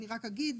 אני רק אגיד,